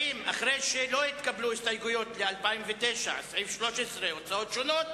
של קבוצת הארבעה לסעיף 13, הוצאות שונות,